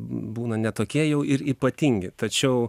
būna ne tokie jau ir ypatingi tačiau